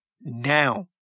Now